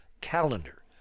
calendar